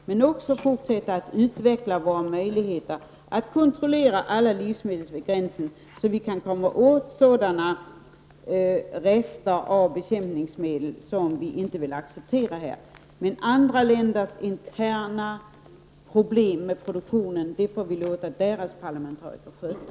Men vi skall även fortsätta att utveckla våra möjligheter att kontrollera alla livsmedel vid gränsen, så att vi kan komma åt sådana rester av bekämpningsmedel som vi inte vill acceptera. Men andra länders interna problem med produktionen får vi låta dessa länders parlamentariker sköta.